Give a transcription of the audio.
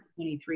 23